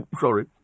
Sorry